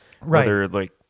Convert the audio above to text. Right